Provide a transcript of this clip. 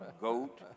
goat